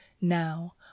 now